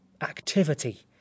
activity